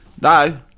No